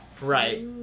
Right